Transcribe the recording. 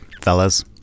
fellas